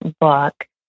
book